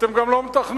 אתם גם לא מתכננים.